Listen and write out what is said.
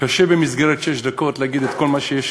קשה במסגרת שש דקות להגיד את כל מה שיש